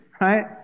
right